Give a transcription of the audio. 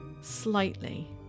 slightly